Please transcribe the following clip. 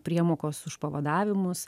priemokos už pavadavimus